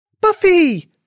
Buffy